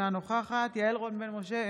אינה נוכחת יעל רון בן משה,